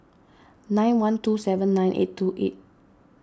nine one two seven nine eight two eight